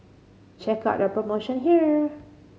check out their promotion here